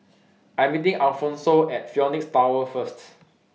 I Am meeting Alphonso At Phoenix Tower First